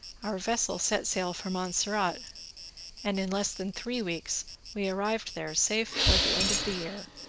our vessel set sail for montserrat and in less than three weeks we arrived there safe towards the end of the year.